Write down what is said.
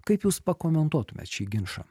kaip jūs pakomentuotumėt šį ginčą